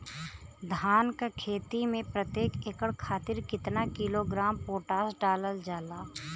धान क खेती में प्रत्येक एकड़ खातिर कितना किलोग्राम पोटाश डालल जाला?